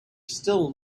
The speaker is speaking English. still